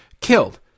Killed